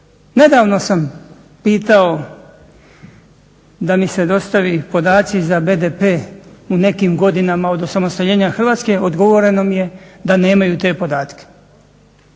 Nedavno sam pitao da mi se dostave podaci za BDP u nekim godinama od osamostaljenja Hrvatske, odgovoreno mi je da nemaju te podatke.